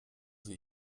sie